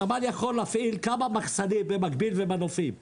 הנמל יכול להפעיל כמה מחסנים ומנופים במקביל,